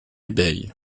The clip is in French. bay